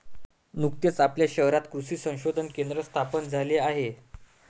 नुकतेच आपल्या शहरात कृषी संशोधन केंद्र स्थापन झाले आहे